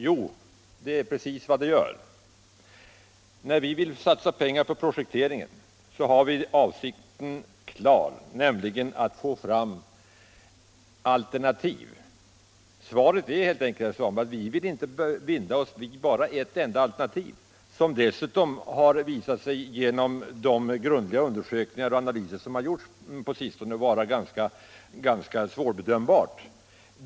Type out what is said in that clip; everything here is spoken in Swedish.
Jo, det är precis vad det gör. När vi vill satsa pengar på projekteringen har vi avsikten klar, nämligen att få fram alternativ. Svaret är, herr Svanberg, att vi inte vill binda oss vid en enda lösning som dessutom, genom de grundliga undersökningar och analyser som har gjorts på sistone, har visat sig vara svårbedömbar.